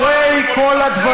ומי שמטיל עליה חרם, זה ככל הנראה